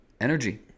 energy